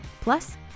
Plus